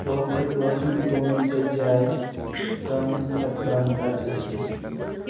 دۄہ کھۄتہٕ دۄہ اِمپرومنٹٕچ جایہِ کَم کھۄتہٕ کَم تَر گَژھان